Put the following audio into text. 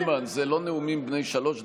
חברת הכנסת סילמן, זה לא נאומים בני שלוש דקות.